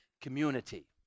community